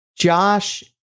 Josh